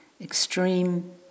extreme